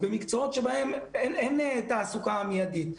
במקצועות שבהם אין תעסוקה מידית.